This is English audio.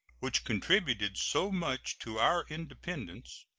which contributed so much to our independence,